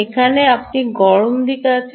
এখানে আপনি গরম দিক আছে